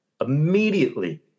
immediately